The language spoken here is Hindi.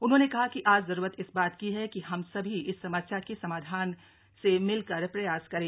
उन्होंने हा कि आज जरूरत इस बात की है कि हम सभी इस समस्या के समाधान से मिलकर प्रयास करें